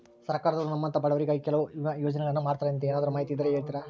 ಸರ್ಕಾರದವರು ನಮ್ಮಂಥ ಬಡವರಿಗಾಗಿ ಕೆಲವು ವಿಮಾ ಯೋಜನೆಗಳನ್ನ ಮಾಡ್ತಾರಂತೆ ಏನಾದರೂ ಮಾಹಿತಿ ಇದ್ದರೆ ಹೇಳ್ತೇರಾ?